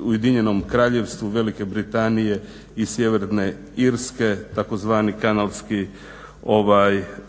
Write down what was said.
Ujedinjenom Kraljevstvu Velike Britanije i Sjeverne Irske, tzv. Kanalski